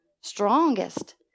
Strongest